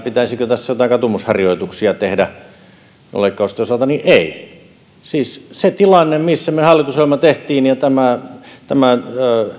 pitäisikö tässä joitain katumusharjoituksia tehdä menoleikkausten osalta niin ei siis se tilanne missä me hallitusohjelman teimme ja tämän